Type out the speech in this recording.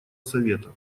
совета